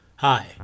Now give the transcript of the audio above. Hi